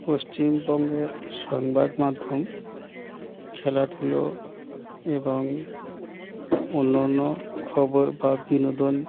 পশ্চিমবঙ্গের সংবাদ মাধ্যম খেলাধুলো এবং অন্যন্য খবর বা বিনোদন